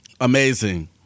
Amazing